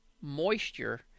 moisture